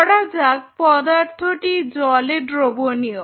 ধরা যাক পদার্থটি জলে দ্রবণীয়